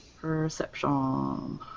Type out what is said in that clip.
Perception